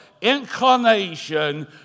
inclination